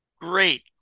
great